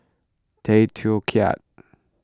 Tay Teow Kiat